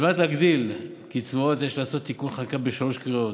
על מנת להגדיל קצבאות יש לעשות תיקון חקיקה בשלוש קריאות,